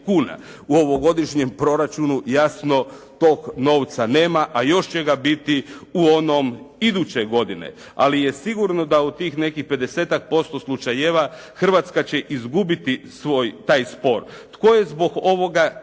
U ovogodišnjem proračunu, jasno toga novca nema, a još će ga biti u onom iduće godine. Ali je sigurno da u tih nekih 50-ak% slučajeva Hrvatska će izgubiti svoj, taj spor. Tko je zbog ovoga